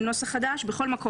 בכל מקום,